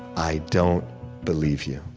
i don't believe you.